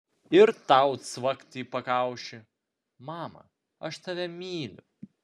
ir tau cvakt į pakaušį mama aš tave myliu